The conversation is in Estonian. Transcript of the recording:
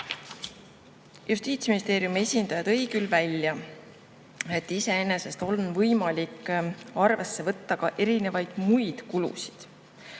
Justiitsministeeriumi esindaja tõi küll välja, et iseenesest on võimalik arvesse võtta erinevaid muid kulusid.